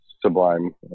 Sublime